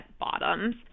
bottoms